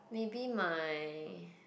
maybe my